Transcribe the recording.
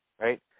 right